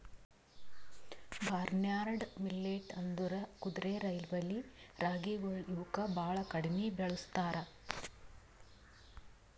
barnyard millet ಅಂದುರ್ ಕುದುರೆರೈವಲಿ ರಾಗಿಗೊಳ್ ಇವುಕ್ ಭಾಳ ಕಡಿಮಿ ಬೆಳುಸ್ತಾರ್